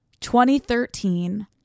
2013